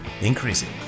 increasing